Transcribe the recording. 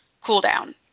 cool-down